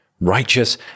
righteous